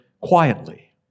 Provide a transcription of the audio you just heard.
quietly